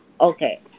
okay